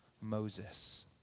Moses